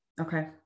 Okay